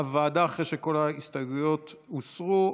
הוועדה, אחרי שכל ההסתייגויות הוסרו.